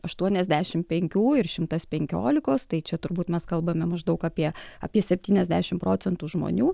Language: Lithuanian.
aštuoniasdešim penkių ir šimtas penkiolikos tai čia turbūt mes kalbame maždaug apie apie septyniasdešim procentų žmonių